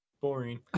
Boring